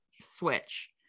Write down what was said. switch